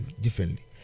differently